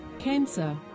cancer